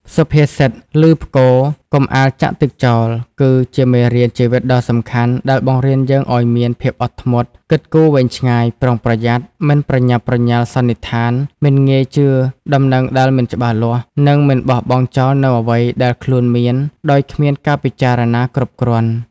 សុភាសិត "ឮផ្គរ កុំអាលចាក់ទឹកចោល" គឺជាមេរៀនជីវិតដ៏សំខាន់ ដែលបង្រៀនយើងឲ្យមាន ភាពអត់ធ្មត់ គិតគូរវែងឆ្ងាយ ប្រុងប្រយ័ត្ន មិនប្រញាប់ប្រញាល់សន្និដ្ឋាន មិនងាយជឿដំណឹងដែលមិនច្បាស់លាស់ និងមិនបោះបង់ចោលនូវអ្វីដែលខ្លួនមានដោយគ្មានការពិចារណាគ្រប់គ្រាន់។